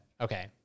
okay